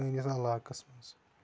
سٲنِس علاقَس منٛز